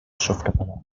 softcatalà